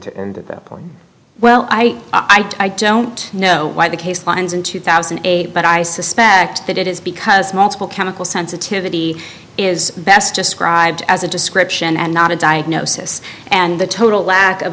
to point well i i don't know why the case lines in two thousand and eight but i suspect that it is because multiple chemical sensitivity is best described as a description and not a diagnosis and the total lack of